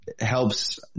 helps –